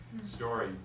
story